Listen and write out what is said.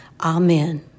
Amen